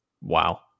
Wow